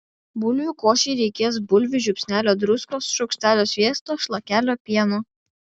bulvių košei reikės bulvių žiupsnelio druskos šaukštelio sviesto šlakelio pieno